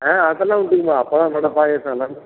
ஆ அதெல்லாம் உண்டுங்கம்மா அப்பளம் வடை பாயாசம் எல்லாமே